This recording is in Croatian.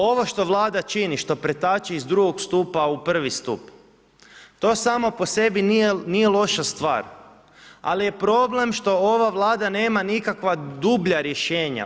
Ovo što Vlada čini, što pretače iz II. stupa u I. stup to samo po sebi nije loša stvar, ali je problem što ova Vlada nema nikakva dublja rješenja.